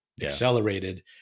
accelerated